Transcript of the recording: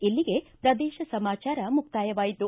ಇಲ್ಲಿಗೆ ಪ್ರದೇಶ ಸಮಾಚಾರ ಮುಕ್ತಾಯವಾಯಿತು